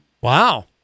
Wow